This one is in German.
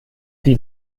die